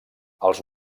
els